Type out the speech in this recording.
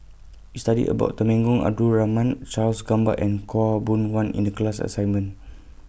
We studied about Temenggong Abdul Rahman Charles Gamba and Khaw Boon Wan in The class assignment